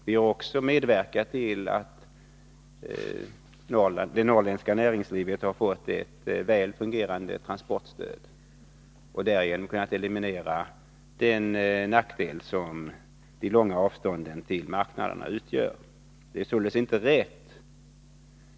Vi har också medverkat till att det norrländska näringslivet har fått ett väl fungerande transportstöd, och därigenom har den nackdel som de långa avstånden till marknaden utgör kunnat elimineras.